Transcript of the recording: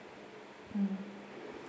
mm